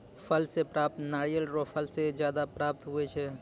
फल से प्राप्त नारियल रो फल से ज्यादा प्राप्त हुवै छै